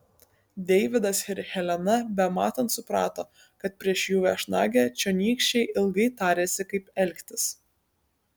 deividas ir helena bematant suprato kad prieš jų viešnagę čionykščiai ilgai tarėsi kaip elgtis